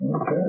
Okay